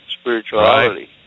spirituality